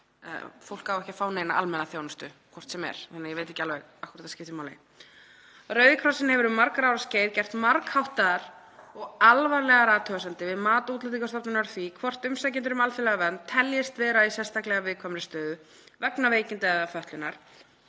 fólk á ekki að fá neina almannaþjónustu hvort sem er, þannig að ég veit ekki alveg af hverju það skiptir máli — „Rauði krossinn hefur um margra ára skeið gert margháttaðar og alvarlegar athugasemdir við mat Útlendingastofnunar á því hvort umsækjendur um alþjóðlega vernd teljist vera í sérstaklega viðkvæmri stöðu vegna veikinda eða fötlunar